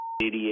idiot